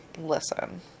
Listen